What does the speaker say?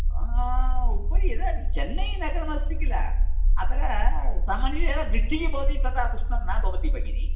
उपरि एतत् चेन्नैनगरमस्ति किल अतः सामान्यतः वृष्टिः भवति तदा उष्णं न भवति भगिनि